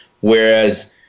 Whereas